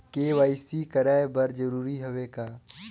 KYC कराय बर जरूरी हवे का?